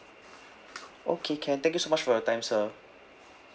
okay can thank you so much for your time sir